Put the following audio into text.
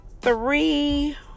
three